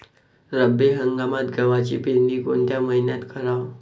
रब्बी हंगामात गव्हाची पेरनी कोनत्या मईन्यात कराव?